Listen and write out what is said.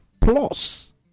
plus